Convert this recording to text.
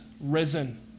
risen